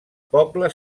poble